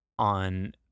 on